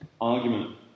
argument